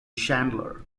chandler